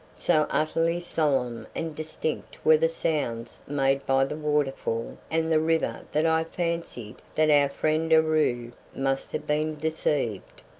so utterly solemn and distinct were the sounds made by the waterfall and the river that i fancied that our friend aroo must have been deceived.